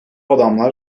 adamlar